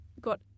got